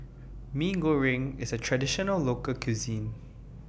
Mee Goreng IS A Traditional Local Cuisine